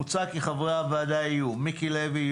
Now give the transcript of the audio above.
מוצע כי חברי הוועדה יהיו מיקי לוי,